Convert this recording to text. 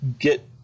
get